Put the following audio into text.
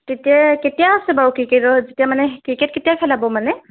তেতিয়াই কেতিয়া আছে বাৰু ক্ৰিকেটৰ যেতিয়া মানে ক্ৰিকেট কেতিয়া খেলাব মানে